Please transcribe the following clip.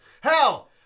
Hell